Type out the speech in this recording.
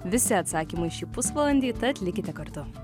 visi atsakymai šį pusvalandį tad likite kartu